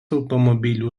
automobilių